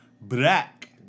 black